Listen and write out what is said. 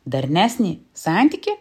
darnesnį santykį